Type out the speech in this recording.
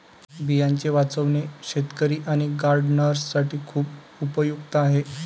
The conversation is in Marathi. बियांचे वाचवणे शेतकरी आणि गार्डनर्स साठी खूप उपयुक्त आहे